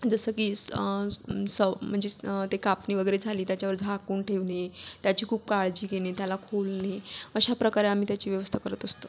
जसं की स स म्हणजे ते कापणी वगैरे झाली त्याच्यावर झाकून ठेवणे त्याची खूप काळजी घेणे त्याला फोडणे अशाप्रकारे आम्ही त्याची व्यवस्था करत असतो